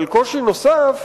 אבל קושי נוסף